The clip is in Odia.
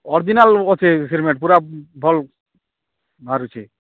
ଅର୍ଜିନାଲ୍ ଅଛେ ହେଲମେଟ୍ ପୁରା ଭଲ ବାହାରୁଛେ